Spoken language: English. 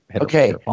Okay